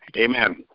amen